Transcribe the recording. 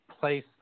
place